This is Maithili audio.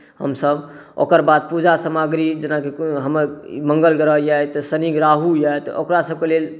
हमसभ ओकर बाद पूजा सामग्री जेनाकि हमर मङ्गल ग्रह यए तऽ शनि राहु यए तऽ ओकरासभके लेल